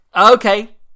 Okay